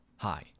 Hi